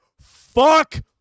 Fuck